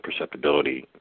perceptibility